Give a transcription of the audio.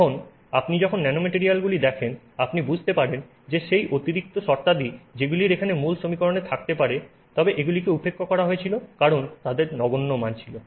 এখন আপনি যখন ন্যানোম্যাটরিয়ালগুলি দেখেন আপনি বুঝতে পারেন যে সেই অতিরিক্ত শর্তাদি যেগুলি এখানের মূল সমীকরণে থাকতে পারে তবে এগুলি উপেক্ষা করা হয়েছিল কারণ তাদের নগণ্য মান ছিল